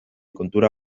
kontura